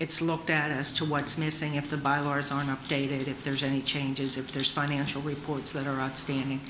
it's looked at as to what's missing if the bylaws on updated if there's any changes if there's financial reports that are outstanding